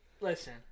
Listen